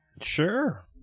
sure